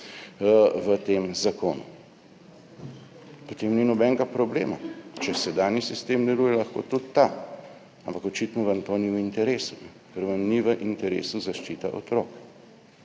v tem zakonu. Potem ni nobenega problema, če sedanji sistem deluje, lahko tudi ta. Ampak očitno vam to ni v interesu, ker vam ni v interesu zaščita otrok.